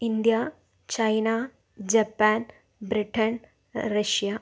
India China Japan Britain Russia